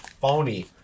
phony